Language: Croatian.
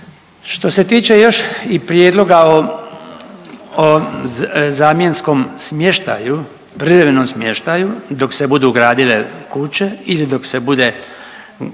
Što se tiče još i prijedloga o, o zamjenskom smještaju, privremenom smještaju dok se budu gradile kuće ili dok se bude,